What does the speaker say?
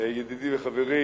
ידידי וחברי